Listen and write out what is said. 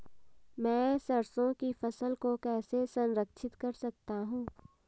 मैं सरसों की फसल को कैसे संरक्षित कर सकता हूँ?